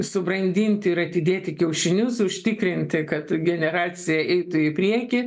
subrandinti ir atidėti kiaušinius užtikrinti kad generacija eitų į priekį